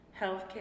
Healthcare